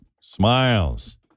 Smiles